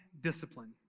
discipline